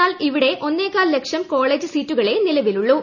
എന്നാൽ ഇവിടെ ഒന്നേകാൽ ലക്ഷം കോളേജ് സീറ്റുകളേ നിലവിലുള്ളൂ